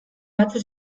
batu